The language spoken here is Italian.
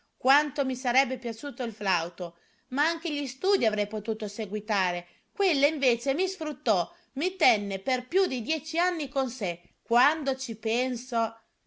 quanto mi sarebbe piaciuto il flauto ma anche gli studii avrei potuto seguitare quella invece mi sfruttò mi tenne per più di dieci anni con sé quando ci penso